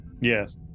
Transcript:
Yes